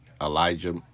Elijah